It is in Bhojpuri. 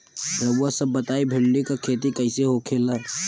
रउआ सभ बताई भिंडी क खेती कईसे होखेला?